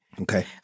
Okay